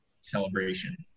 celebration